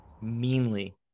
Meanly